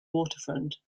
waterfront